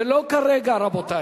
ולא כרגע.